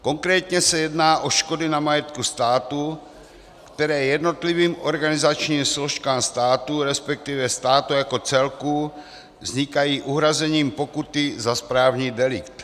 Konkrétně se jedná o škody na majetku státu, které jednotlivým organizačním složkám státu, respektive státu jako celku, vznikají uhrazením pokuty za správní delikt.